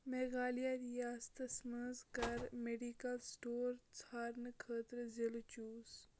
میٚگھالیا ریاستس مَنٛز کَر میٚڈِکل سٹور ژھارنہٕ خٲطرٕ ضِلہٕ چوٗز